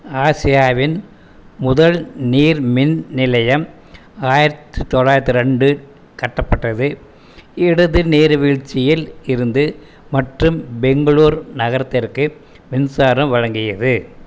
ஆசியாவின் முதல் நீர் மின் நிலையம் ஆயிரத்தி தொள்ளாயிரத்தி இரண்டு கட்டப்பட்டது இடது நீர்வீழ்ச்சியில் இருந்து மற்றும் பெங்களூர் நகரத்திற்கு மின்சாரம் வழங்கியது